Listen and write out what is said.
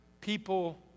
people